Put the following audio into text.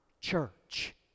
church